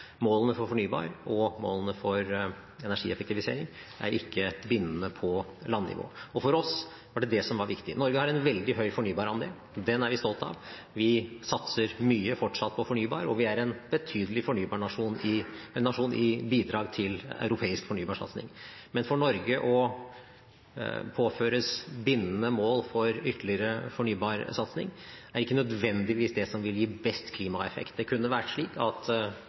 Målene for fornybar og målene for energieffektivisering er ikke bindende på landnivå. Og for oss var det det som var viktig. Norge har en veldig høy fornybarandel. Den er vi stolt av. Vi satser fortsatt mye på fornybar, og vi er en betydelig nasjon når det gjelder bidrag til europeisk fornybarsatsing. Men for Norge å skulle påføres bindende mål for ytterligere fornybarsatsing er ikke nødvendigvis det som vil gi best klimaeffekt. Det kunne være slik at